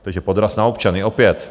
Takže podraz na občany, opět.